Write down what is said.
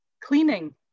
cleaning